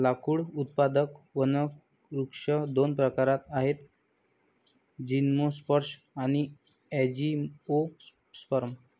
लाकूड उत्पादक वनवृक्ष दोन प्रकारात आहेतः जिम्नोस्पर्म आणि अँजिओस्पर्म